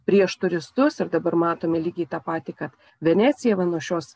prieš turistus ir dabar matome lygiai tą patį kad venecija va nuo šios